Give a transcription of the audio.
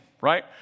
Right